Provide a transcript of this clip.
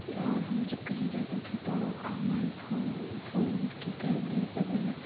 और हम जब कहीं जाते थे तो हमारे फ़ोन फ़ोन के कैमरास वगैरह